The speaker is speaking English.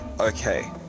okay